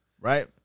Right